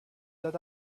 that